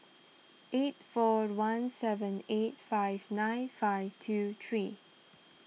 eight four one seven eight five nine five two three